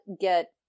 get